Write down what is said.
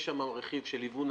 יש שם רכיב של היוון